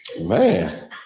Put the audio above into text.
man